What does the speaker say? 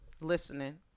listening